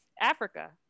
Africa